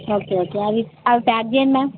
okay okay అది ఆవి pack చేయండి మ్యామ్